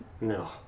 No